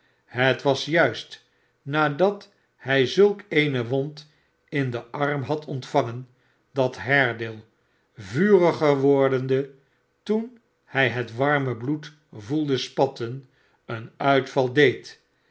het was juist nadat hij zulk eene wond in den arm had ontvangen dat haredale vuriger wordende toen hij het warme bloed voelde spatten eenuitval deed